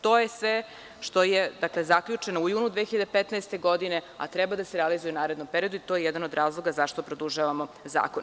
To je sve što je zaključeno u junu 2015. godine, a treba da se realizuje u narednom periodu i to je jedan od razloga zašto produžavamo zakon.